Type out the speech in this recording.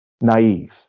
naive